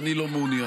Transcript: שאני לא מעוניין,